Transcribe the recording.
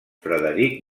frederic